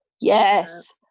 Yes